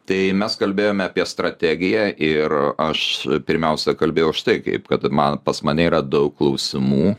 tai mes kalbėjome apie strategiją ir aš pirmiausia kalbėjau štai kaip kad man pas mane yra daug klausimų